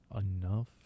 enough